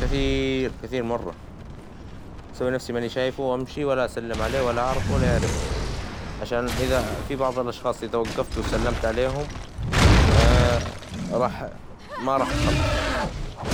كثير كثير مرة مسوي نفسي ماني شايفه وأمشي ولا أسلم عليه ولا أعرفه ولا يعرفني، عشان إذا في بعض الأشخاص إذا وجفت وسلمت عليهم راح ما راح تخلص